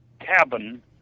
cabin